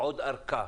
עוד ארכה.